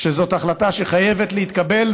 זאת החלטה שחייבת להתקבל,